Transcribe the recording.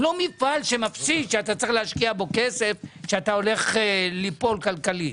הוא לא מפעל מפסיד שאתה צריך להשקיע בו כסף כך שאתה תיפול כלכלית.